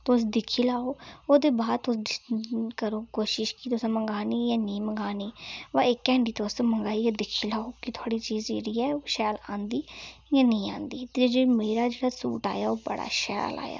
तुस दिक्खी लैओ ओह्दे बाद तुस करो कोशिश कि तुसें मंगानी जांं नि मंगानी बा इक हैंडी तुस मंगाइयै दिक्खी लैओ कि थोआड़ी चीज़ जेह्ड़ी ऐ ओह् शैल आंदी जां नेईं आंदी ते जे मेरा जेह्ड़ा सूट आया ओह् बड़ा शैल आया